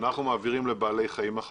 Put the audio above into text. כך מעבירים לבעלי חיים.